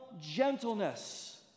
gentleness